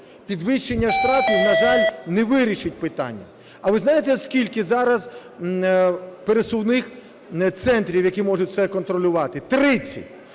Підвищення штрафів, на жаль, не вирішить питання. А ви знаєте, скільки зараз пересувних центрів, які можуть це контролювати? 30.